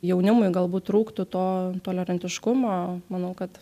jaunimui galbūt trūktų to tolerantiškumo manau kad